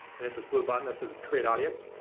and hit this blue button that says create audience.